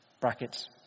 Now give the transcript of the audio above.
Brackets